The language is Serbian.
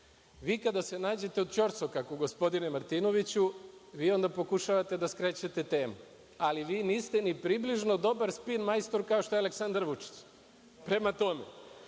kada se nađete u ćorsokaku gospodine Martinoviću, vi onda pokušavate da skrećete temu, ali vi niste ni približno dobar spin majstor kao što je Aleksandar Vučić. Prema tome,